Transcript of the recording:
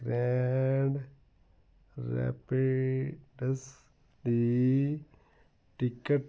grand Rapids ਦੀ ticket